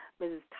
Mrs